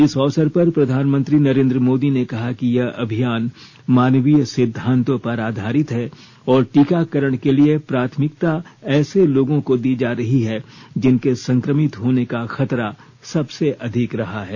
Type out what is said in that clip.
इस अवसर पर प्रधानमंत्री नरेन्द्र मोर्दी ने कहा कि यह अभियान मानवीय सिद्धांतों पर आधारित है और टीकाकरण के लिए प्राथमिकता ऐसे लोगों को दी जा रही है जिनके संक्रमित होने का खतरा सबसे अधिक रहा है